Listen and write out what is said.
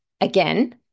again